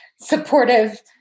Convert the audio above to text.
supportive